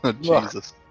Jesus